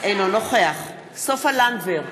אינו נוכח סופה לנדבר,